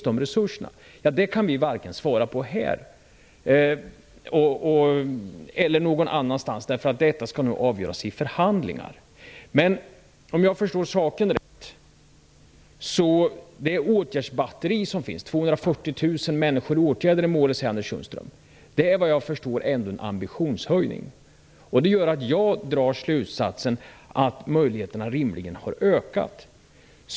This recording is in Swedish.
Det kan vi inte svara på varken här eller någon annanstans, eftersom detta nu skall avgöras i förhandlingar. Om jag förstår saken rätt är det åtgärdsbatteri som finns och som enligt Anders Sundström omfattar 240 000 människor ändå en ambitionshöjning. Det gör att jag drar slutsatsen att möjligheterna rimligen har ökat.